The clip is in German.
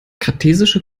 kartesische